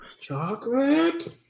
Chocolate